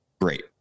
great